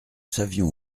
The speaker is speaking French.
savions